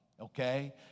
Okay